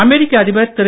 அமெரிக்க அதிபர் திரு